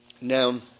Now